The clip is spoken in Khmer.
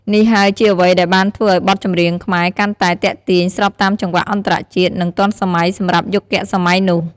នេះហើយជាអ្វីដែលបានធ្វើឱ្យបទចម្រៀងខ្មែរកាន់តែ ទាក់ទាញ ស្របតាមចង្វាក់អន្តរជាតិ និង ទាន់សម័យ សម្រាប់យុគសម័យនោះ។